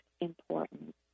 important